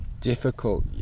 difficult